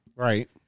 Right